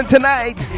Tonight